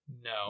no